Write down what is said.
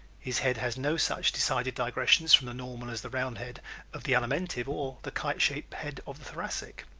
his head has no such decided digressions from the normal as the round head of the alimentive or the kite-shaped head of the thoracic.